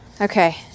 okay